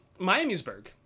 Miamisburg